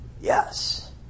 Yes